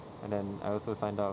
and then I also signed up